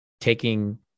taking